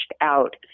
out